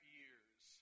years